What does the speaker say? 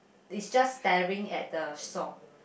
is just staring at the saw